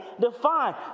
defined